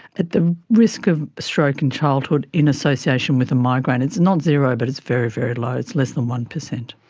the risk of stroke in childhood in association with a migraine, it's not zero but it's very, very low, it's less than one percent.